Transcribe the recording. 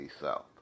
South